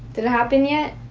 did it happen yet?